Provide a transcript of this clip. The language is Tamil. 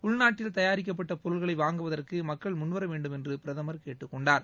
உள்நாட்டில் தயாரிக்கப்பட்ட பொருள்களை வாங்குவதற்கு மக்கள் முன்வர வேண்டும் என்று பிரதமர் கேட்டுக்கொண்டார்